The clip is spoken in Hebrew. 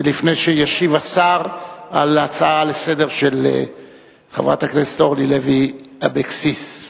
לפני שישיב השר על ההצעה לסדר-היום של חברת הכנסת אורלי לוי אבקסיס.